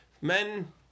Men